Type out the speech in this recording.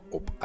op